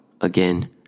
again